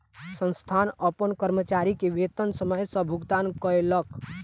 संस्थान अपन कर्मचारी के वेतन समय सॅ भुगतान कयलक